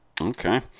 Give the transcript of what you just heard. Okay